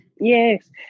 Yes